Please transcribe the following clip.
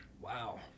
Wow